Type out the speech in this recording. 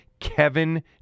Kevin